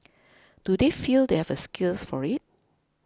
do they feel they have skills for it